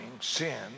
sin